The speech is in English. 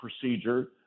procedure